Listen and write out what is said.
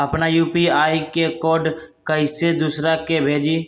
अपना यू.पी.आई के कोड कईसे दूसरा के भेजी?